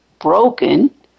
broken